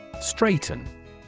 Straighten